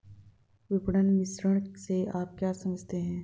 विपणन मिश्रण से आप क्या समझते हैं?